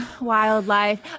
wildlife